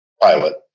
pilot